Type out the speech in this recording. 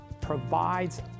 provides